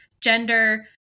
gender